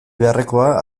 beharrekoa